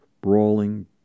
brawling